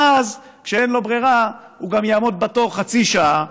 ואז כשאין לו ברירה הוא גם יעמוד בתור חצי שעה,